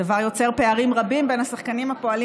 הדבר יוצר פערים רבים בין השחקנים הפועלים